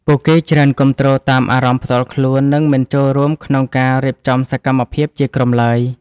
ពួកគេច្រើនគាំទ្រតាមអារម្មណ៍ផ្ទាល់ខ្លួន និងមិនចូលរួមក្នុងការរៀបចំសកម្មភាពជាក្រុមឡើយ។